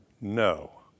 No